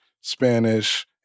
Spanish